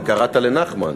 אבל קראת לנחמן.